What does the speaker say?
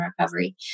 recovery